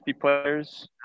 players